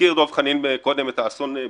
הזכיר דב חנין קודם את אסון BP,